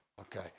okay